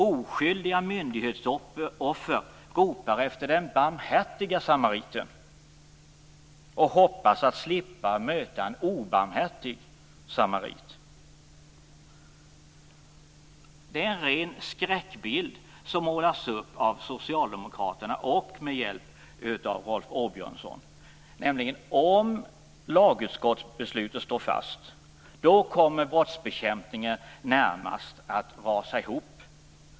Oskyldiga myndighetsoffer ropar efter den barmhärtige samariten och hoppas slippa möta en obarmhärtig samarit. Det är en ren skräckbild som målas upp av socialdemokraterna med hjälp av Rolf Åbjörnsson. De menar att om lagutskottets beslut står fast kommer brottsbekämpningen närmast att rasa ihop.